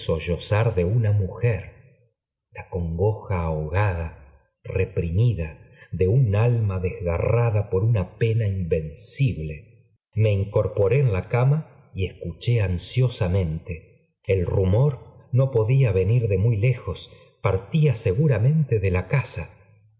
de una mujer la congoja ahogada reprimida de una alma desgarrada por una pena invencible me incorporé en la cama y escuché ansiosamente el rumor no podía venir de muy lejos partía seguramente de la casa